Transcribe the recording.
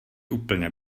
úplně